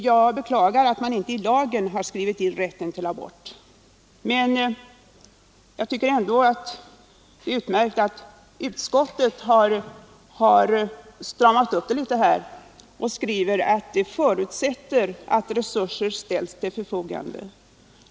Jag beklagar att man inte i lagen har skrivit in rätten till abort, men jag tycker ändå att det är utmärkt att utskottet har stramat upp det hela litet och säger att utskottet förutsätter att resurser ställs till förfogande.